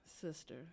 sister